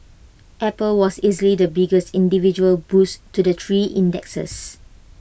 apple was easily the biggest individual boost to the three indexes